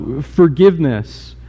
forgiveness